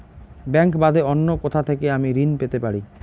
Bank বাদে অন্য কোথা থেকে আমি ঋন পেতে পারি?